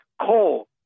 coal